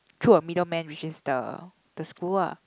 through a middleman which is the the school ah